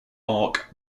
arc